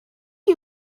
you